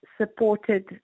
supported